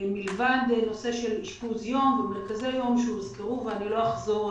מלבד אשפוז יום ומרכזי יום שהוזכרו כבר.